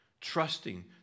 trusting